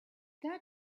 that